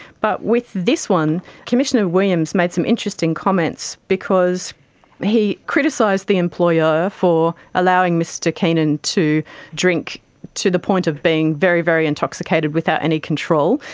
but with this one, commissioner williams made some interesting comments because he criticised the employer for allowing mr keenan to drink to the point of being very, very intoxicated without any control,